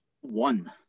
one